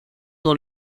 dans